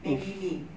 maggi mee